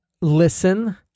listen